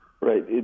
Right